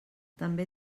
també